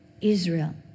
Israel